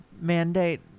mandate